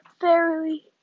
fairly